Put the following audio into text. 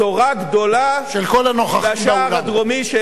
בשורה גדולה, של כל הנוכחים באולם.